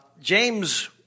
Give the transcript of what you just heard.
James